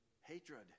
Hatred